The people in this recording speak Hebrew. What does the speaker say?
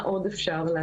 או מה עוד אפשר,